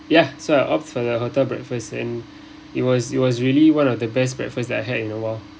ya so I opt for the hotel breakfast and it was it was really one of the best breakfast that I had in a while